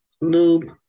lube